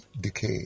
decay